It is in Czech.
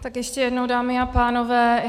Tak ještě jednou, dámy a pánové.